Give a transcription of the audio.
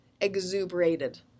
exuberated